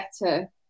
better